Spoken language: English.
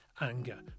anger